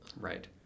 Right